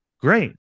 great